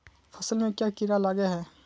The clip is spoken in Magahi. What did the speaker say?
फसल में क्याँ कीड़ा लागे है?